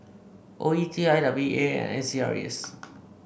O E T I W D A and Acres